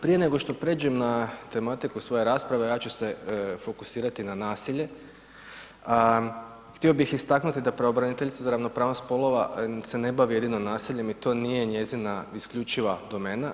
Prije nego što pređem na tematiku svoje rasprave, ja ću se fokusirati na nasilje, a htio bih istaknuti da pravobraniteljica za ravnopravnost spolova se ne bavi jedino nasiljem i to nije njezina isključiva domena.